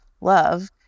love